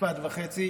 משפט וחצי.